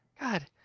God